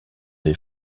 des